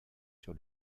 sur